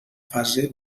fase